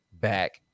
back